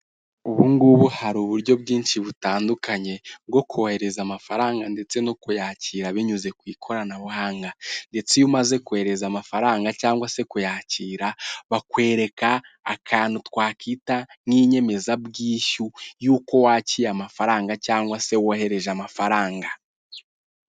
Ubungubu hari uburyo bwinshi butandukanye bwo kohereza amafaranga ndetse no kuyakira binyuze ku ikoranabuhanga, ndetse iyo umaze kohereza amafaranga cyangwa se kuyakira, bakwereka akantu twakita nk'inyemezabwishyu y'uko wakiriye amafaranga cyangwa se wohereje amafaranga.